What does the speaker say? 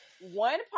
One